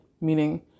meaning